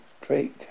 Drake